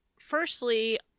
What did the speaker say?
Firstly